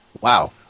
Wow